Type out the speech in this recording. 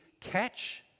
catch